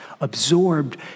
absorbed